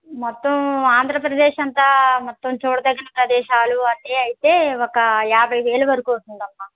మొత్తం ఆంధ్రప్రదేశ్ అంతా మొత్తం చూడతగిన ప్రదేశాలు అన్ని అయితే ఒక యాభై వేలు వరకు అవుతుందమ్మా